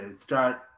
start